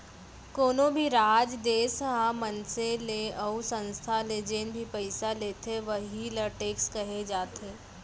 कोनो भी राज, देस ह मनसे ले अउ संस्था ले जेन भी पइसा लेथे वहीं ल टेक्स कहे जाथे